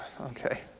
Okay